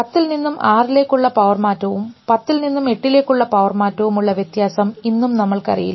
10 നിന്നും 6 ലേക്കുള്ള പവർ മാറ്റവും 10 നിന്നും 8 ലേക്കുള്ള പവർ മാറ്റവും ഉള്ള വ്യത്യാസം ഇന്നും നമ്മൾക്ക് അറിയില്ല